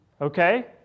okay